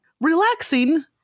relaxing